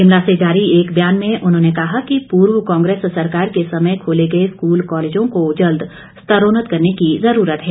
शिमला से जारी एक बयान में उन्होंने कहा कि पूर्व कांग्रेस सरकार के समय खोले गए स्कूल कॉलेजों को जल्द स्तरोन्नत करने की ज़रूरत है